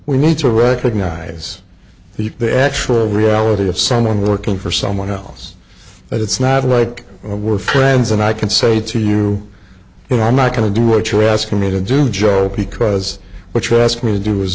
we need to recognize the actual reality of someone working for someone else that it's not right we're friends and i can say to you you know i'm not going to do what you're asking me to do joe because what you asked me to do was